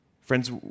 Friends